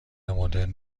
مدرن